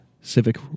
civic